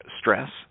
stress